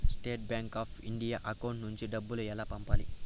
State bank of India account నుంచి డబ్బులు ఎలా పంపాలి?